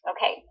Okay